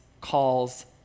calls